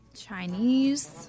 Chinese